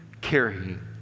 carrying